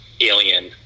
alien